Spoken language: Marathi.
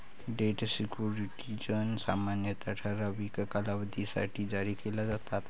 डेट सिक्युरिटीज सामान्यतः ठराविक कालावधीसाठी जारी केले जातात